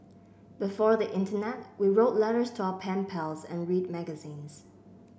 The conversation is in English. before the internet we wrote letters to our pen pals and read magazines